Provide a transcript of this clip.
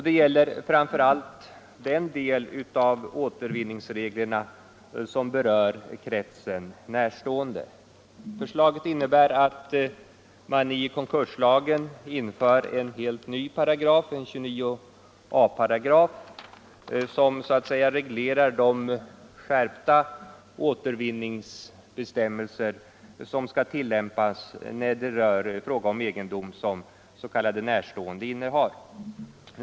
Det gäller framför allt den 16 april 1975 del av återvinningsreglerna som berör kretsen ”närstående”. Förslaget I innebär att man i konkurslagen inför en helt ny paragraf, 29 a §, som = Ändring i konkursreglerar de skärpta återvinningsbestämmelser som skall tillämpas i frågan — lagen om egendom som s.k. närstående innehar.